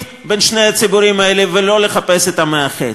בין שני הציבורים האלה ולא לחפש את המאחד?